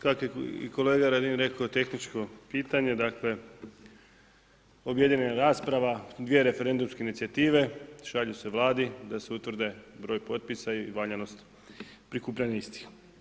Imamo kako je i kolega Radin rekao, tehničko pitanje, dakle objedinjena rasprava, dvije referendumske inicijative šalju se Vladi da se utvrde broj potpisa i valjanost prikupljanja istih.